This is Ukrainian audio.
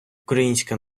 українська